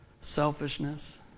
selfishness